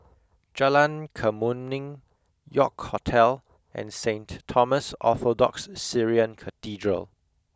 Jalan Kemuning York Hotel and Saint Thomas Orthodox Syrian Cathedral